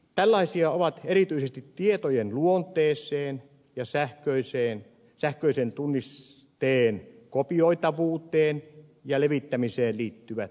tällaisia ovat erityisesti tietojen luonteeseen ja sähköisen tunnisteen kopioitavuuteen ja levittämiseen liittyvät seikat